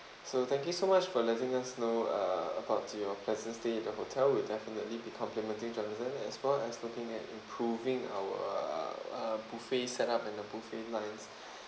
so thank you so much for letting us know uh about your pleasant stay in the hotel we'll definitely be complimenting jonathan as well as looking at improving our uh uh buffet set up and the buffet lines